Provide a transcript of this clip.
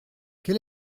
quel